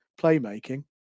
playmaking